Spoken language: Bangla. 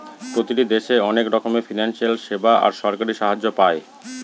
প্রতিটি দেশে অনেক রকমের ফিনান্সিয়াল সেবা আর সরকারি সাহায্য পায়